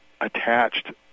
attached